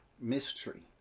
mystery